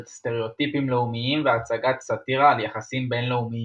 סטריאוטיפים לאומיים והצגת סאטירה על יחסים בינלאומיים.